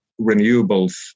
renewables